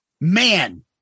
Man